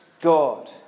God